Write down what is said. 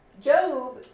Job